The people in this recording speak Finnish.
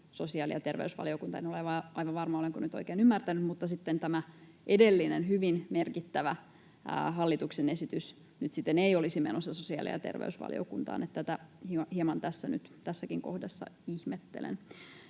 sosiaali- ja terveysvaliokuntaan — en ole aivan varma, olenko oikein ymmärtänyt — mutta sitten tämä edellinen, hyvin merkittävä hallituksen esitys nyt sitten ei olisi menossa sosiaali- ja terveysvaliokuntaan. Tätä hieman nyt tässäkin kohdassa ihmettelen.